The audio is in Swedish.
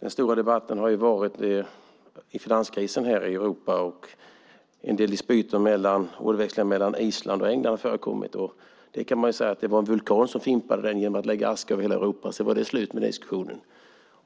Den stora debatten har ju handlat om finanskrisen här i Europa, och det har varit en del dispyter och ordväxlingar mellan Island och England. Men man kan säga att det var en vulkan som fimpade den diskussionen genom att lägga aska över hela Europa. Sedan var det slut på den diskussionen.